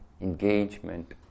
engagement